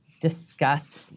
discuss